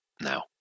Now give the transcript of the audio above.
now